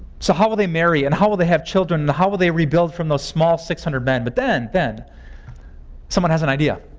so how will they marry? and how will they have children? and how will they rebuild from those small six hundred men? but then then someone has an idea.